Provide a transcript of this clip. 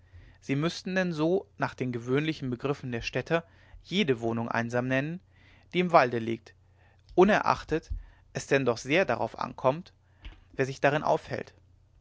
sie müßten denn so nach den gewöhnlichen begriffen der städter jede wohnung einsam nennen die im walde liegt unerachtet es denn doch sehr darauf ankommt wer sich darin aufhält